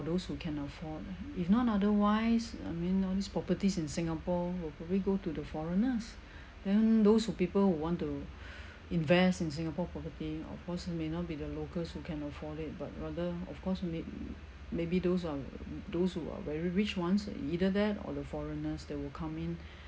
those who can afford if not otherwise I mean all these properties in singapore will probably go to the foreigners then those who people who want to invest in singapore property of course it may not be the locals who can afford it but rather of course may~ maybe those are those who are very rich ones either that or the foreigners that will come in